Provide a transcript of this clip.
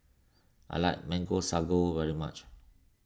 I like Mango Sago very much